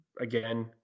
again